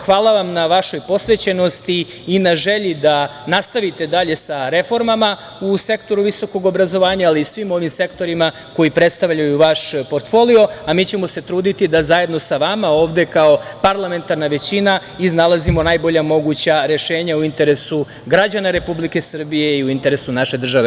Hvala vam na vašoj posvećenosti i na želji da nastavite dalje sa reformama u sektoru visokog obrazovanja, ali i svim onim sektorima koji predstavljaju vaš portfolio, a mi ćemo se truditi da zajedno sa vama ovde kao parlamentarna većina iznalazimo najbolja moguća rešenja u interesu građana Republike Srbije i u interesu naše države.